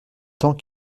temps